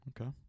Okay